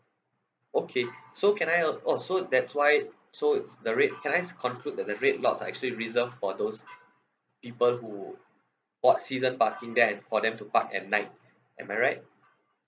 okay so can I uh oh so that's why so it's the red can I conclude that the red lots are actually reserved for those people who bought season parking there and for them to park at night am I right